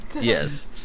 Yes